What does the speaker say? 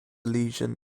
lesion